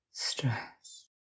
Stress